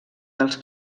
dels